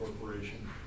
Corporation